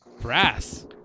Brass